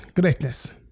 greatness